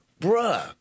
Bruh